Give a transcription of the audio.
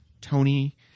Tony